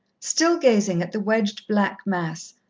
still gazing at the wedged black mass,